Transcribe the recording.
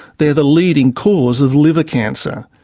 they're the leading cause of liver cancer.